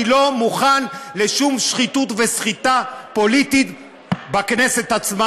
אני לא מוכן לשום שחיתות וסחיטה פוליטית בכנסת עצמה.